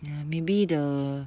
ya maybe the